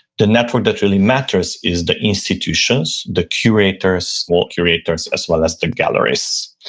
the network that really matters is the institutions, the curators, all curators as well as the galleries.